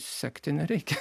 sekti nereikia